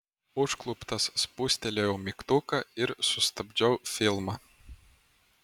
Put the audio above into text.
užkluptas spustelėjau mygtuką ir sustabdžiau filmą